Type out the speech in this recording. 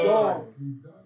Lord